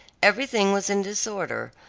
everything was in disorder,